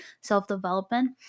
self-development